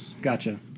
Gotcha